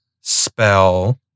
spell